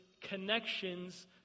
connections